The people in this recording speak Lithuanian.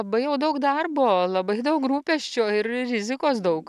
labai jau daug darbo labai daug rūpesčio ir rizikos daug